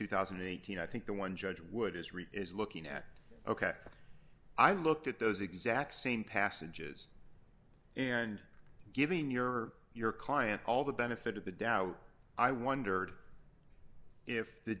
two thousand and eighteen i think the one judge would as read is looking at ok i looked at those exact same passages and given your or your client all the benefit of the doubt i wondered if the